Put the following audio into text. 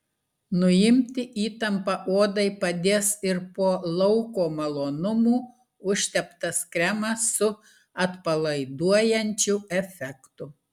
nuimti įtampą odai padės ir po lauko malonumų užteptas kremas su atpalaiduojančiu efektu